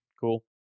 cool